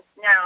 Now